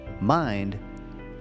mind